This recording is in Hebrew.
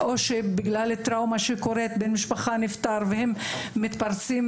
או בגלל טראומה שקורית במשפחה ומישהו נפטר והם מתפרצים